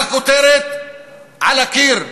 הכותרת על הקיר.